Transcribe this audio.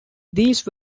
these